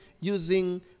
using